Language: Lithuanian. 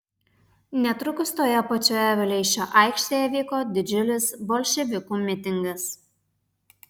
netrukus toje pačioje vileišio aikštėje vyko didžiulis bolševikų mitingas